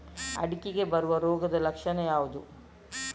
ಅಡಿಕೆಗೆ ಬರುವ ರೋಗದ ಲಕ್ಷಣ ಯಾವುದು?